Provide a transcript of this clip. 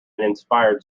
inspired